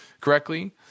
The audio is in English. correctly